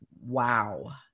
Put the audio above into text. Wow